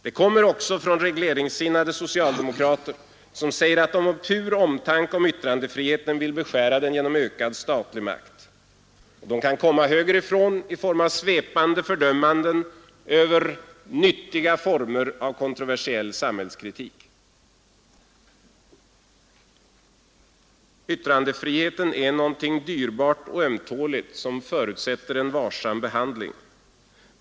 Det kommer också från regleringssinnade socialdemokrater som säger att de av pur omtanke om yttrandefriheten vill beskära den genom ökad statlig makt. Och de kan komma högerifrån i form av svepande fördömanden över nyttiga former av kontroversiell samhällskritik. Yttrandefriheten är något dyrbart och ömtåligt som förutsätter en varsam behandling.